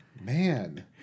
Man